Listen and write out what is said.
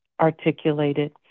articulated